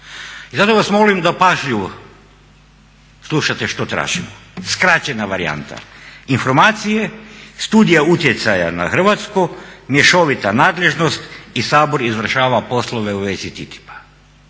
I zato vas molim da pažljivo slušate što tražimo, skraćena varijanta informacije, studija utjecaja na Hrvatsku, mješovita nadležnost i Sabor izvršava poslove u vezi